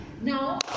Now